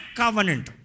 covenant